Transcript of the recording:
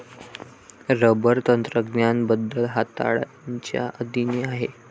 rubber तंत्रज्ञान बदल हाताळणीच्या अधीन आहे